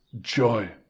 joy